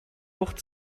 wucht